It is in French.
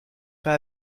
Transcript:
pas